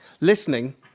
listening